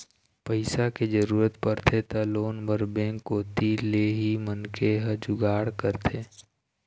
पइसा के जरूरत परथे त लोन बर बेंक कोती ले ही मनखे ह जुगाड़ करथे